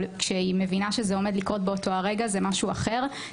אבל כשהיא מבינה שזה עומד לקרות באותו הרגע זה משהו אחר.